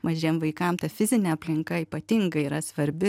mažiem vaikam ta fizinė aplinka ypatingai yra svarbi